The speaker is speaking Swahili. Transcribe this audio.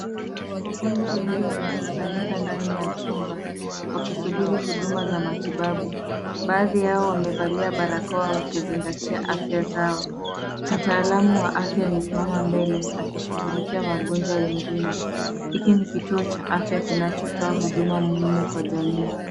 Wagonjwa wengi wamekusanyika ndani ya chumba, wakisubiri huduma za matibabu. Baadhi yao wamevalia barakoa wakizingatia afya zao. Mtaalamu wa afya amesimama mbele akishughulikia wagonjwa wengine. Hiki ni kituo cha afya kinachotoa huduma muhimu kwa jamii.